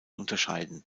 unterscheiden